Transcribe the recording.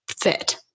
fit